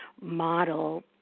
model